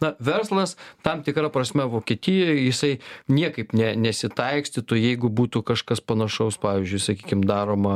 na verslas tam tikra prasme vokietijoj jisai niekaip ne nesitaikstytų jeigu būtų kažkas panašaus pavyzdžiui sakykim daroma